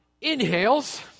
inhales